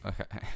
okay